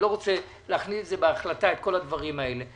אני לא רוצה להכניס בהחלטה את כל הדברים האלה.